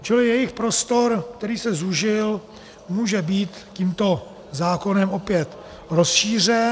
Čili jejich prostor, který se zúžil, může být tímto zákonem opět rozšířen.